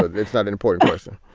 but it's not important listen,